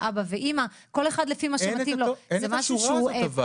"אבא" ו"אימא" כל אחד לפי מה שמתאים לו -- אבל אין השורה הזאת.